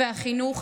החינוך,